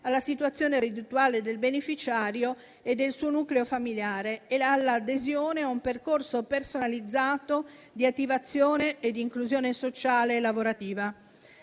alla situazione reddituale del beneficiario e del suo nucleo familiare e all'adesione a un percorso personalizzato di attivazione e di inclusione sociale e lavorativa.